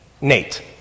Nate